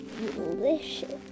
delicious